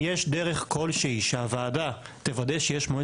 אם יש דרך כלשהי שהוועדה תוודא שיש מועד